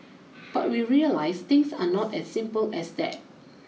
but we realize things are not as simple as that